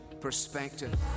perspective